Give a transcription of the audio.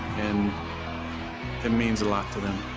and it means a lot to them.